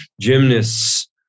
gymnasts